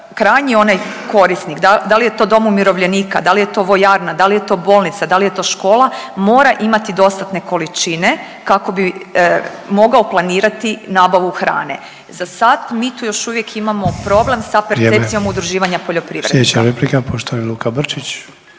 krajnji onaj korisnik, da li je to dom umirovljenika, da li je to vojarna, da li je to bolnica, da li je to škola, mora imati dostatne količine kako bi mogao planirati nabavu hrane. Za sad mi tu još uvijek imamo problem sa percepcijom udruživanja poljoprivrednika.